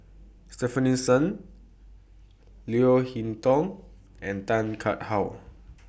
Stefanie Sun Leo Hee Tong and Tan cut How